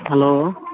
hello